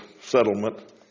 settlement